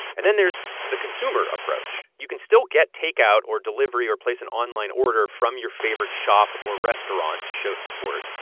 and then there's the consumer approach. you can still get takeout or delivery or place an online order from your favorite shop or restaurant to show support,